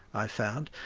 i found.